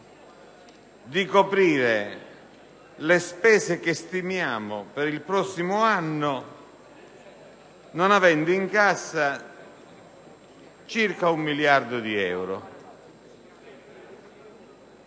di coprire le spese stimate per il prossimo anno senza avere in cassa circa un miliardo di euro.